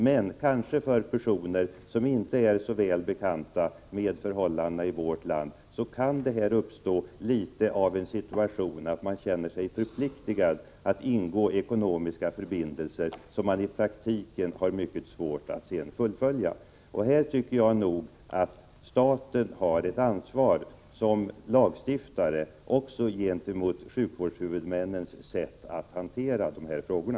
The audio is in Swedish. Men för personer som kanske inte är så väl bekanta med förhållandena i vårt land kan det uppstå en situation där man känner sig förpliktigad att ingå ekonomiska förbindelser som man i praktiken har mycket svårt att fullfölja. Jag tycker därför att staten har ett ansvar som lagstiftare också för sjukvårdshuvudmännens sätt att hantera de här frågorna.